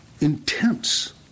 intense